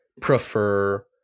prefer